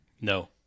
No